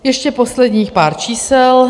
Ještě posledních pár čísel.